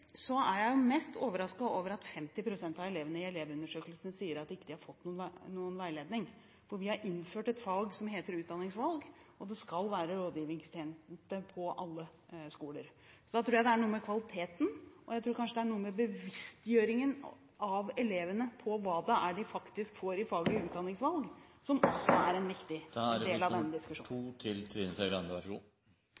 er jeg mest overrasket over at 50 pst. av elevene i elevundersøkelsen sier at de ikke har fått noen veiledning, for vi har innført et fag som heter utdanningsvalg, og det skal være rådgivingstjeneste på alle skoler. Så jeg tror det er noe med kvaliteten, og jeg tror kanskje det er noe med bevisstgjøringen av elevene om hva det er de faktisk får i faget utdanningsvalg, som er en viktig del av denne diskusjonen. Jeg har vært rundt på noen ungdomsskoler som er